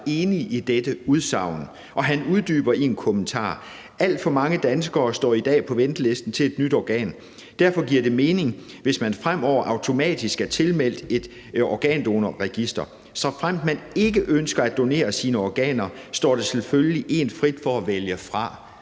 »enig« i dette udsagn. Og han uddyber det i en kommentar: »Alt for mange danskere står i dag på venteliste til et nyt organ. Derfor giver det mening, hvis man fremover automatisk er tilmeldt organdonorregistret. Såfremt man ikke ønsker at donere sine organer, står det selvfølgelig en frit for at vælge det